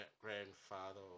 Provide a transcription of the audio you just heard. grandfather